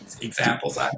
examples